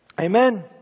Amen